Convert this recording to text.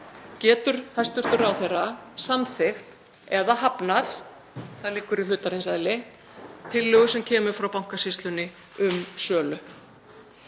getur hæstv. ráðherra samþykkt eða hafnað, það liggur í hlutarins eðli, tillögu sem kemur frá Bankasýslunni um sölu.